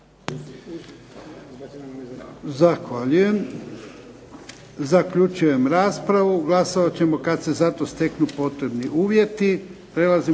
Zahvaljujem. Zaključujem raspravu. Glasovat ćemo kad se za to steknu potrebni uvjeti.